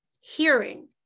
hearing